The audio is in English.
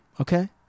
Okay